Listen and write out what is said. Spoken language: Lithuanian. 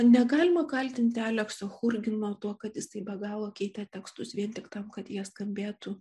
negalima kaltinti alekso churgino tuo kad jisai be galo keitė tekstus vien tik tam kad jie skambėtų